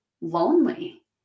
lonely